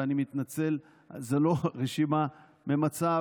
ואני מתנצל: זו לא רשימה ממצה,